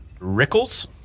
Rickles